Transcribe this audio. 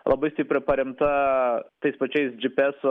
labai stipria paremta tais pačiais džypyeso